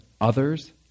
others